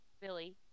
Billy